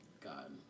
God